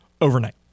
overnight